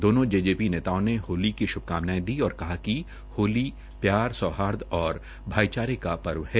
दोनो जेजेपी नेताओं ने होली की श्भकामनायें दी और कहा कि होली प्यार सौहार्द और भाईचारे का पर्व है